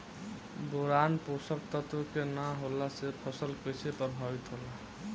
Boron पोषक तत्व के न होला से फसल कइसे प्रभावित होला?